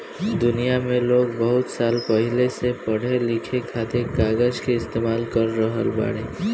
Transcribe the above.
दुनिया में लोग बहुत साल पहिले से पढ़े लिखे खातिर कागज के इस्तेमाल कर रहल बाड़े